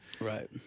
Right